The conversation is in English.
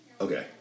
okay